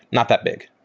not that big.